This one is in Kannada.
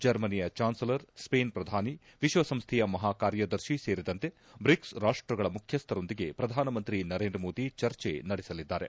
ಜರ್ಮನಿಯ ಚಾನ್ಸೆಲರ್ ಸ್ವೇನ್ ಪ್ರಧಾನಿ ವಿಶ್ವಸಂಸ್ಥೆಯ ಮಹಾಕಾರ್ಯದರ್ಶಿ ಸೇರಿದಂತೆ ಬ್ರಿಕ್ಸ್ ರಾಷ್ಟಗಳ ಮುಖ್ಯಕ್ಕರೊಂದಿಗೆ ಪ್ರಧಾನಮಂತ್ರಿ ನರೇಂದ್ರ ಮೋದಿ ಚರ್ಚೆ ನಡೆಸಲಿದ್ದಾರೆ